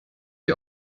ihr